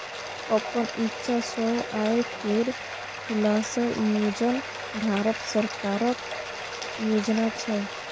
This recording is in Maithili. अपन इक्षा सँ आय केर खुलासा योजन भारत सरकारक योजना छै